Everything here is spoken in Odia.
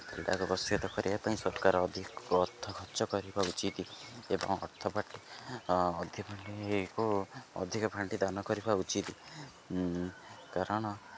ଦୁଇଟାକ ବଶ୍ୟତ କରିବା ପାଇଁ ସରକାର ଅଧିକ ଅର୍ଥ ଖର୍ଚ୍ଚ କରିବା ଉଚିତ ଏବଂ ଅର୍ଥପ ଅଧିପାଣିକୁ ଅଧିକ ପାଣ୍ଠି ଦାନ କରିବା ଉଚିତ କାରଣ